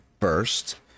first